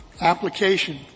application